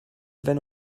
wenn